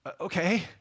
Okay